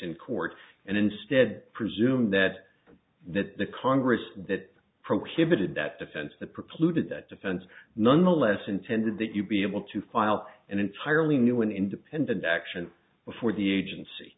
in court and instead presume that that the congress that prohibited that defense that precluded that defense nonetheless intended that you'd be able to file an entirely new an independent action before the agency